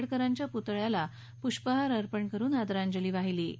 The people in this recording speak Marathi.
आंबेडकरांच्या पुतळ्याला पुष्पहार अर्पण करुन आदरांजली वाहिली